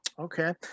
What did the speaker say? Okay